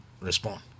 respond